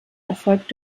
erfolgt